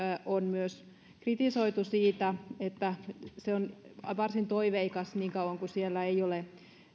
on myös kritisoitu siitä että se on varsin toiveikas niin kauan kuin grafiikassa ei ole